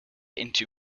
into